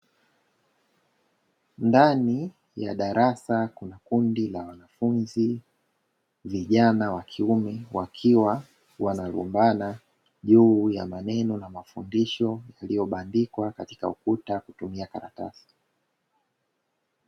Ndani ya darasa kuna kundi la wanafunzi vijana wakiume wakiwa wanalumbana juu ya maneno na mafundisho yaliyo bandikwa katika ukuta kwa kutumia karatasi.